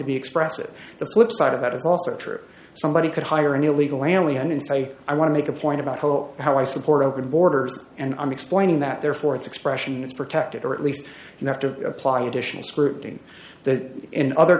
to be expressive the flipside of that is also true somebody could hire an illegal alien and say i want to make a point about hope and how i support open borders and i'm explaining that there for its expression is protected or at least you have to apply additional scrutiny that in other